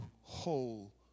whole